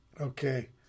Okay